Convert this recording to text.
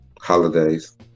Holidays